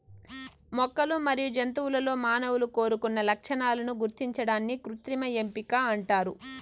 మొక్కలు మరియు జంతువులలో మానవులు కోరుకున్న లక్షణాలను గుర్తించడాన్ని కృత్రిమ ఎంపిక అంటారు